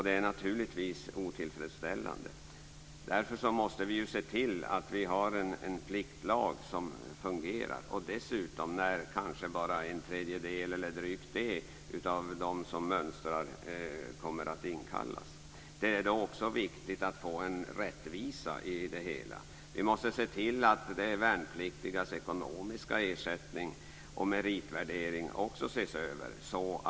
Det är naturligtvis otillfredsställande. Därför måste vi se till att vi har en pliktlag som fungerar. Dessutom kommer kanske bara en tredjedel, eller drygt det, av dem som mönstrar att inkallas. Det är då också viktigt att få en rättvisa i det hela. Vi måste se till att också de värnpliktigas ekonomiska ersättning och meritvärdering ses över.